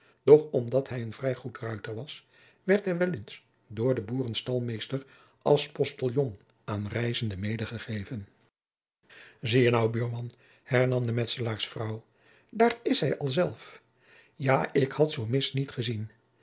doch omdat hij een vrij goed ruiter was werd hij wel eens door den boerestalmeester als postiljon aan reizenden medegegeven zie je nou buurman hernam de metselaarsvrouw daar is hij al zelf ja ik had zoo mis niet gezien